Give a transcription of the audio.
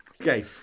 Okay